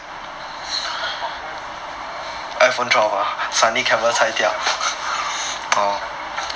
I heard from them err I think it's xiaomi I think is xiaomi